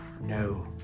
No